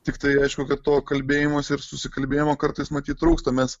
tiktai aišku kad to kalbėjimosi ir susikalbėjimo kartais matyt trūksta mes